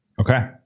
Okay